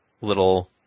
little